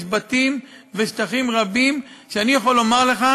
יש בתים ושטחים רבים שאני יכול לומר לך